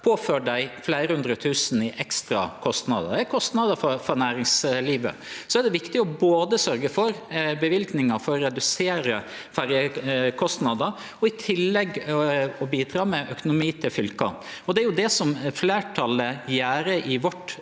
påførte dei fleire hundre tusen i ekstra kostnader. Det er kostnader for næringslivet. Så er det viktig både å sørgje for løyvingar for å redusere ferjekostnader og i tillegg bidra med økonomi til fylka. Det er det som fleirtalet gjer i vårt